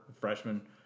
freshman